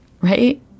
right